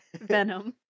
Venom